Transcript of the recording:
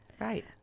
right